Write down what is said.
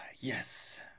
Yes